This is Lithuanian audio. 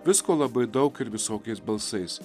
visko labai daug ir visokiais balsais